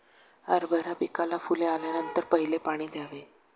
हरभरा पिकाला फुले आल्यानंतर पहिले पाणी द्यावे